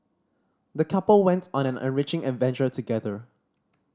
the couple went on an enriching adventure together